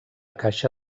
caixa